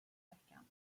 veckan